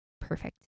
perfect